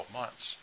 months